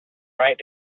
right